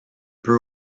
peu